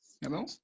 hello